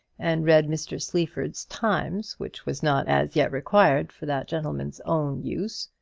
and read mr. sleaford's times, which was not as yet required for that gentleman's own use.